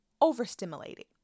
overstimulated